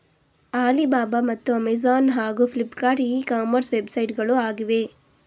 Alibaba ಮತ್ತು Amazon ಹಾಗೂ Flipkart e commerce ವೆಬ್ಸೈಟ್ಗಳು ಆಗಿವೆ